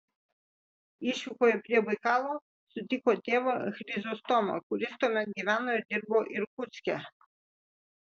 išvykoje prie baikalo sutiko tėvą chrizostomą kuris tuomet gyveno ir dirbo irkutske